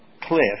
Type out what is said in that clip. cliff